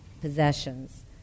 possessions